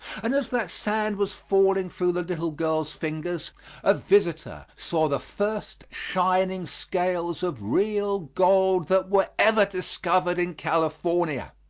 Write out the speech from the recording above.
and as that sand was falling through the little girl's fingers a visitor saw the first shining scales of real gold that were ever discovered in california